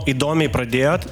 įdomiai pradėjot